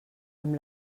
amb